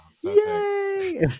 Yay